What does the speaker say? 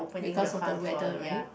because of the weather right